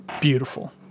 Beautiful